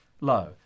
low